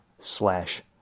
slash